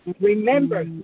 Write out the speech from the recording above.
remember